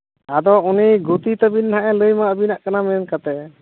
ᱟᱫᱚ ᱩᱱᱤ ᱜᱩᱛᱤ ᱛᱟᱹᱵᱤᱱ ᱱᱟᱜᱼᱮ ᱞᱟᱹᱭ ᱧᱚᱜ ᱟᱹᱵᱤᱱᱟᱜ ᱠᱟᱱᱟ ᱢᱮᱱ ᱠᱟᱛᱮᱫ